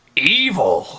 evil!